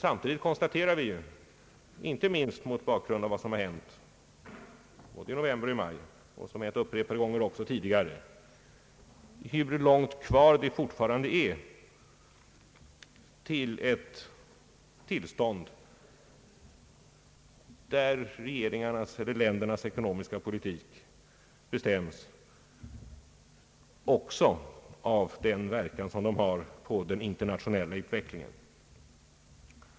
Samtidigt konstaterar vi — inte minst mot bakgrund av vad som har hänt både i november och maj upprepade gånger tidigare — hur långt det fortfarande är kvar till ett tillstånd, där ländernas ekonomiska politik bestäms också av den verkan som den ekonomiska politiken har på den internationella utvecklingen.